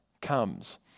comes